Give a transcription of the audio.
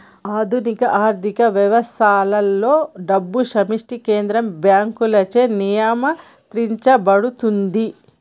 ఆధునిక ఆర్థిక వ్యవస్థలలో, డబ్బు సృష్టి కేంద్ర బ్యాంకులచే నియంత్రించబడుతుంది